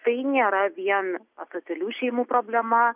tai nėra vien asocialių šeimų problema